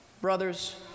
Brothers